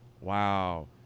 Wow